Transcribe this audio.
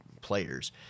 players